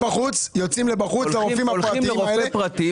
הולכים לרופא פרטי,